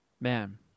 man